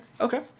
Okay